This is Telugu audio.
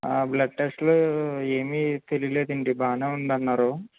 బ్లడ్ టెస్ట్లో ఏమీ తెలీలేదండి బాగానే ఉందన్నారు